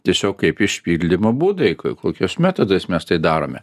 tiesiog kaip išpildymo būdai kokiais metodais mes tai darome